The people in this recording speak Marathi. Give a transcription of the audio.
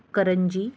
करंजी